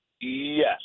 Yes